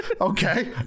Okay